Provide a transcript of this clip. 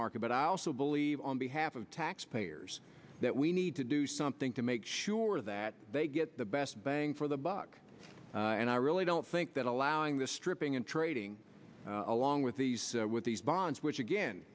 market but i also believe on behalf of taxpayers that we need to do something to make sure that they get the best bang for the buck and i really don't think that allowing the stripping and trading along with these with these bonds which again